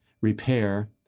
repair